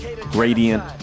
Gradient